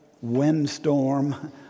windstorm